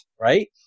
right